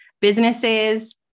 businesses